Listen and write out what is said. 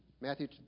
Matthew